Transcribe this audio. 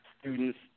students